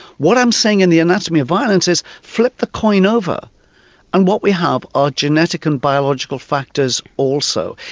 what i'm saying in the anatomy of violence is flip the coin over and what we have are genetic and biological factors also.